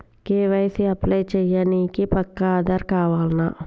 KYC apply చేయనీకి పక్కా ఆధార్ కావాల్నా?